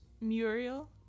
Muriel